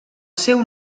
seu